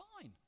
fine